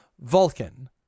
Vulcan